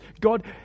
God